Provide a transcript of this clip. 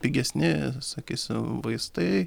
pigesni sakysim vaistai